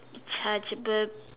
rechargeable